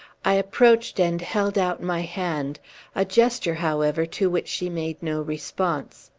i approached and held out my hand a gesture, however, to which she made no response.